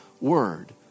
word